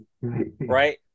Right